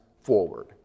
forward